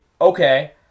okay